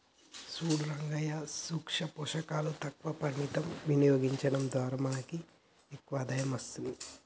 సూడు రంగయ్యా సూక్ష పోషకాలు తక్కువ పరిమితం వినియోగించడం ద్వారా మనకు ఎక్కువ ఆదాయం అస్తది